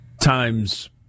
Times